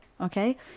okay